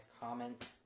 comment